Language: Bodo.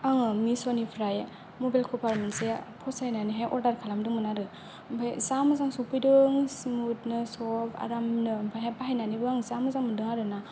आङो मिस'निफ्राय मबाइल कभार मोनसे फसायनानैहाय अर्दार खालामदोंमोन आरो ओमफाय जा मोजां स'फैदों स्मुथनो सफ्त आरामनो ओमफाय बाहायनानैबो आं जा मोजां मोनदों आरो ना